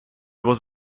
was